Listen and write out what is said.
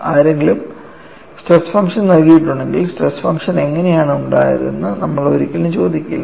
ആരെങ്കിലും stress function നൽകിയിട്ടുണ്ടെങ്കിൽ stress function എങ്ങനെയാണ് ഉണ്ടായതെന്ന് നമ്മൾ ഒരിക്കലും ചോദിക്കില്ല